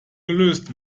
gelöst